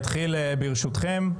ברשותכם,